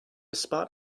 spot